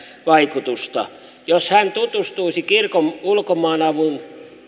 vaikutusta jos hän tutustuisi kirkon ulkomaanavun